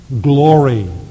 glory